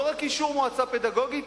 לא רק אישור מועצה פדגוגית,